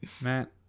Matt